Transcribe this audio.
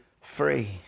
free